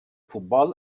futbol